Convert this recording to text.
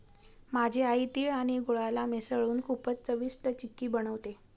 माझी आई तिळ आणि गुळाला मिसळून खूपच चविष्ट चिक्की बनवते